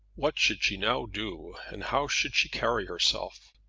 what should she now do, and how should she carry herself?